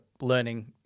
learning